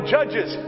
Judges